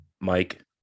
Mike